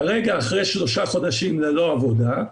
כרגע, אחרי שלושה חודשים ללא עבודה,